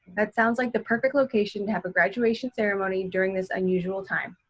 that sounds like the perfect location to have a graduation ceremony during this unusual time.